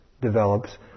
develops